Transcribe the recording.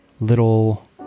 little